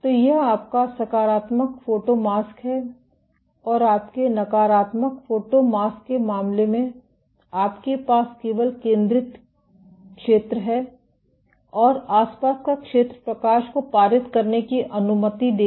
तो यह आपका सकारात्मक फोटोमास्क है और आपके नकारात्मक फोटोमास्क के मामले में आपके पास केवल केंद्रित क्षेत्र है और आसपास का क्षेत्र प्रकाश को पारित करने की अनुमति देगा